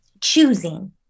choosing